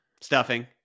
stuffing